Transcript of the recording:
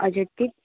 हजुर ते